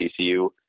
TCU